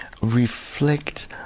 reflect